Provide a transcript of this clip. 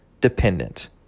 dependent